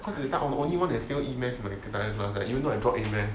cause that time I'm the only one that fail E math in my entire class even though I drop A math